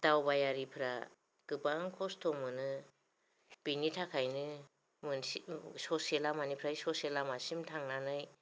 दावबायारिफ्रा गोबां खस्थ' मोनो बेनि थाखायनो मोनसे ससे लामानिफ्रायनो ससे लामासिम थांनानै